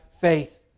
faith